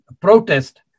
protest